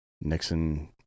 Nixon